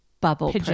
bubble